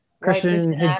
Christian